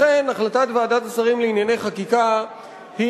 לכן החלטת ועדת השרים לענייני חקיקה היא